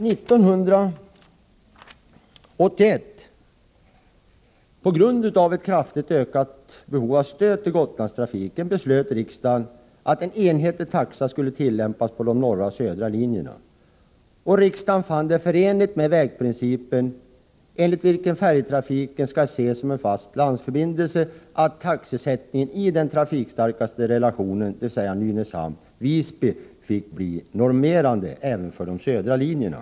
Men på grund av ett kraftigt ökat behov av stöd till Gotlandstrafiken beslöt riksdagen 1981 att en enhetlig taxa skulle tillämpas på de norra och södra linjerna. Riksdagen fann det förenligt med vägprincipen, enligt vilken färjetrafiken skall ses som en fast landförbindelse, att taxesättningen i den trafikstarkaste relationen, dvs. Nynäshamn-Visby, fick bli normerande även för de södra linjerna.